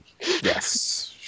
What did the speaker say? Yes